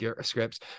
scripts